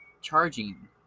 charging